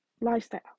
lifestyle